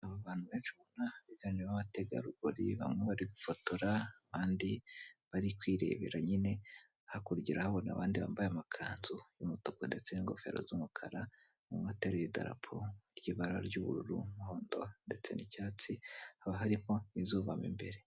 Abantu benshi ubona biganjemo abategarugori bamwe bari gufotora abandi bari kwirebera nyine, hakurya urahabona abandi bambaye amakanzu y'umutuku ndetse n'ingofero z'umukara umwe ateruye idarapo ry'ibara ry'ubururu umuhondo ndetse nicyatsi haba harimo izuba mo imbere